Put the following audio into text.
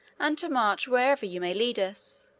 and to march wherever you may lead us.